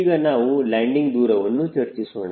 ಈಗ ನಾವು ಲ್ಯಾಂಡಿಂಗ್ ದೂರವನ್ನು ಚರ್ಚಿಸೋಣ